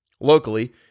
Locally